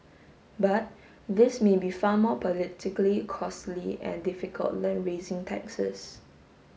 but this may be far more politically costly and difficult than raising taxes